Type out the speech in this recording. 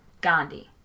Gandhi